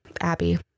abby